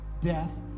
death